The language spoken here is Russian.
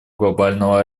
глобального